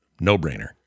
no-brainer